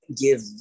give